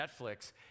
Netflix